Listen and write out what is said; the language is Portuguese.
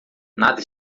nada